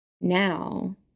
now